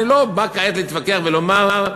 אני לא בא כעת להתווכח ולומר: